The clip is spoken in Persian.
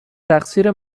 تقصیر